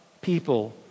people